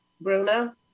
Bruna